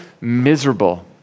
miserable